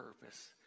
purpose